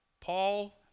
Paul